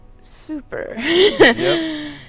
super